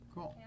Cool